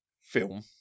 film